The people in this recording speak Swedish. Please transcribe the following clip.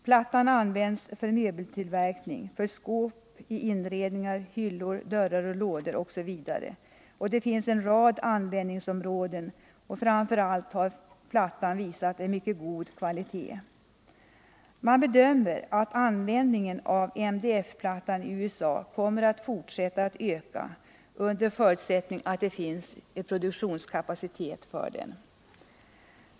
Plattan används för möbeltillverkning, skåp, i inredningar, hyllor, dörrar och lådor osv. Det finns en rad användningsområden, och framför allt har plattan visat en mycket god kvalitet. Man bedömer att användningen av MDF-plattan i USA kommer att fortsätta att öka under förutsättning att det finns produktionskapacitet för den.